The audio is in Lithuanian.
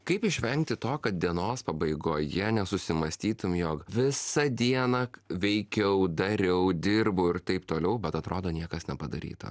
kaip išvengti to kad dienos pabaigoje nesusimąstytum jog visą dieną veikiau dariau dirbau ir taip toliau bet atrodo niekas nepadaryta